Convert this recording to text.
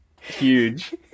Huge